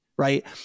Right